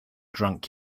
drunk